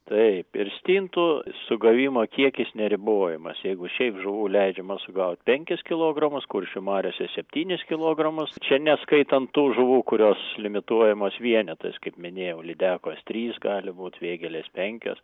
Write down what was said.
taip ir stintų sugavimo kiekis neribojamas jeigu šiaip žuvų leidžiamas sugaut penkis kilogramus kuršių mariose septynis kilogramus čia neskaitant tų žuvų kurios limituojamos vienetais kaip minėjau lydekos trys gali būt vėgėlės penkios